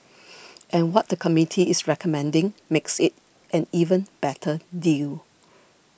and what the committee is recommending makes it an even better deal